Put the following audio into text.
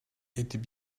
était